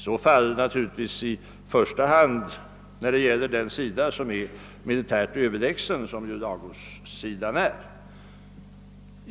Det gäller naturligtvis i så fall främst den sida som är militärt överlägsen, som ju Lagossidan är.